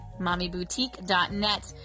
Mommyboutique.net